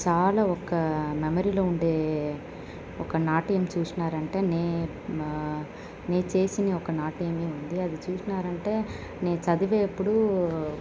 చాలా ఒక మెమరీలో ఉండే ఒక నాట్యం చూసినారంటే నే మా నేను చేసిన ఒక నాట్యంమే ఉంది అది చూసినారంటే నే చదివే అప్పుడు